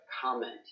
comment